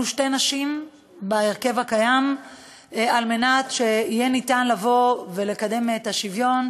שתי נשים בהרכב הקיים על מנת שיהיה ניתן לבוא ולקדם את השוויון,